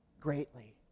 greatly